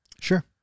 Sure